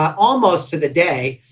almost to the day,